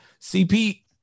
cp